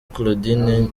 claudine